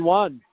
one